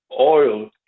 oil